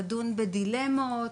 לדון בדילמות,